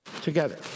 together